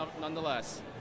nonetheless